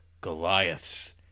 goliaths